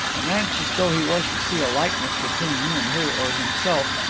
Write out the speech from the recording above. and anxious though he was to see a likeness between me and her, or himself,